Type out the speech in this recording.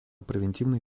превентивной